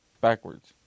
backwards